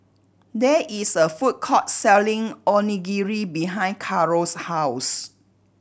there is a food court selling Onigiri behind Caro's house